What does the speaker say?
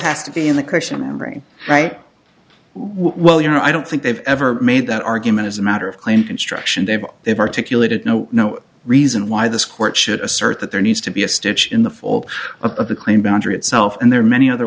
has to be in the question of memory right while you know i don't think they've ever made that argument as a matter of claim can action they've they've articulated no no reason why this court should assert that there needs to be a stitch in the fall of the claim boundary itself and there are many other